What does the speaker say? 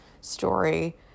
story